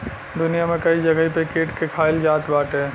दुनिया में कई जगही पे कीट के खाईल जात बाटे